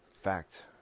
fact